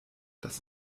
das